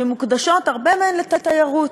שמוקדשות, הרבה מהן, לתיירות,